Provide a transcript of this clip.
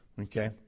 Okay